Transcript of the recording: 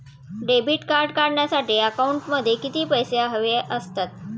Debit card काढण्यासाठी अकाउंटमध्ये किती पैसे हवे असतात?